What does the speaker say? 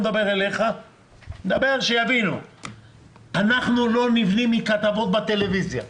אנחנו לא נבנים מכתבות בטלוויזיה ובעיתונים.